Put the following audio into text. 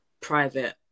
private